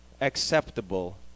acceptable